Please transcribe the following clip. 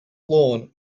lawn